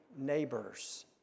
neighbors